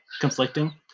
conflicting